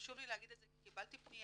חשוב לי להגיד את זה כי קיבלתי פניה